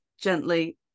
gently